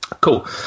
Cool